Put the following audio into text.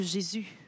Jésus